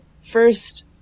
first